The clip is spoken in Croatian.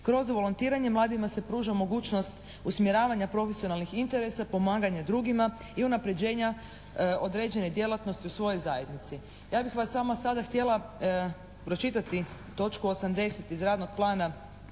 Kroz volontiranje mladima se pruža mogućnost usmjeravanja profesionalnih interesa, pomaganja drugima i unapređenja određene djelatnosti u svojoj zajednici. Ja bih vam samo sada htjela pročitati točku 80. iz radnog plana